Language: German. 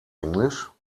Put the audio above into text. englisch